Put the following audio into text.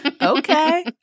Okay